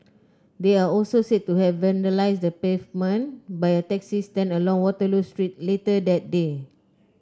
they are also said to have vandalised the pavement by a taxi stand along Waterloo Street later that day